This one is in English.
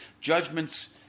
judgment's